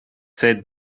said